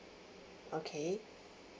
okay